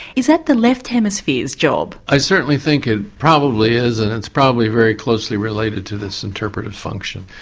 is that the left hemisphere's job? i certainly think it probably is, and it's probably very closely related to this interpretive function,